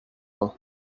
main